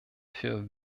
für